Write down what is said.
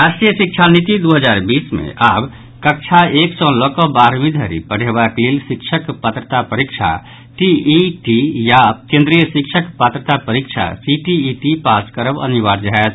राष्ट्रीय शिक्षा नीति दू हजार बीस मे आब कक्षा एक सॅ लऽकऽ बारहवीं धरि पढ़ेबाक लेल शिक्षक पात्रता परीक्षा टीईटी या केन्द्रीय शिक्षक पात्रता परीक्षा सीटीईटी पास करब अनिवार्य होयत